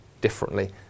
differently